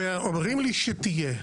ואומרים לי שתהיה.